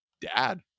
dad